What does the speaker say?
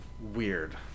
weird